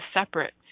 separate